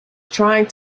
trying